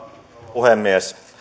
puhemies